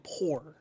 poor